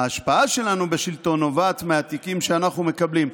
ההשפעה שלנו בשלטון נובעת מהתיקים שאנחנו מקבלים.